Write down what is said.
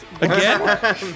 Again